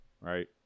right